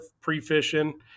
pre-fishing